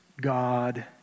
God